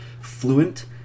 fluent